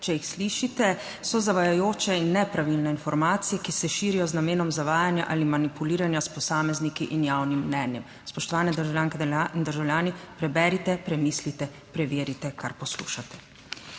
če jih slišite, so zavajajoče in nepravilne informacije, ki se širijo z namenom zavajanja ali manipuliranja s posamezniki in javnim mnenjem. Spoštovane državljanke in državljani, preberite, premislite, preverite, kar poslušate!